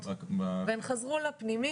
והן חזרו לפנימית,